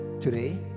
today